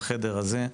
בחדר הזה,